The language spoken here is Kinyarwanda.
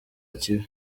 kibi